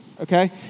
okay